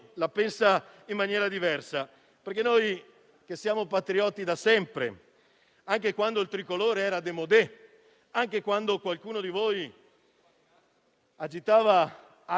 in maniera molto responsabile, come si possa essere patrioti oggi con questo Parlamento, con una maggioranza così schiacciatamente ampia. Come abbiamo detto da sempre,